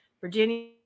Virginia